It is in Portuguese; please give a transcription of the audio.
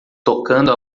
tocando